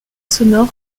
sonore